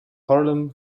harlem